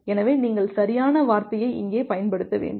எனவே நீங்கள் சரியான வார்த்தையை இங்கே பயன்படுத்த வேண்டும்